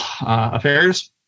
affairs